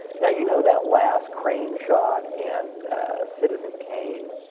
now, you know that last crane shot in citizen kane,